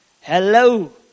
hello